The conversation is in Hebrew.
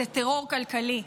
זה טרור כלכלי,